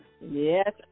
Yes